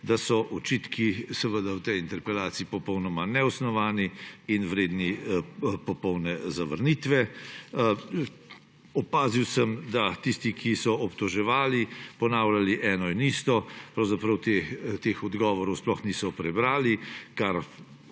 da so očitki v tej interpelaciji popolnoma neosnovani in vredni popolne zavrnitve. Opazil sem, da tisti, ki so obtoževali, ponavljali eno in isto, pravzaprav teh odgovorov sploh niso prebrali, kar